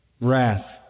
wrath